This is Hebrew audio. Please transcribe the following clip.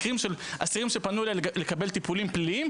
מקרים של אסירים שפנו אליי לקבל טיפולים רפואיים,